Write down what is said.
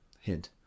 hint